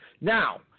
Now